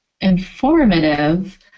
informative